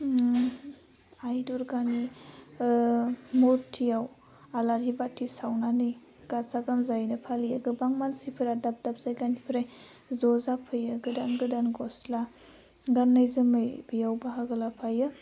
उम आइ दुरगानि मुथियाव आलारि बाथि सावनानै गाजा गोमजायैनो फालियो गोबां मानसिफोरा दाब दाब जायनिफ्राय ज' जाफैयो गोदान गोदान गस्ला गान्नाय जोमनाय बेयाव बाहागो लाफायो